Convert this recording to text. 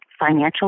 financial